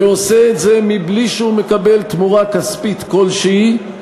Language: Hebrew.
ועושה את זה בלי שהוא מקבל תמורה כספית כלשהי,